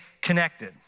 connected